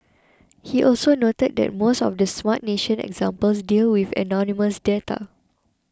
he also noted that most of the Smart Nation examples deal with anonymous data